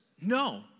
No